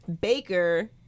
Baker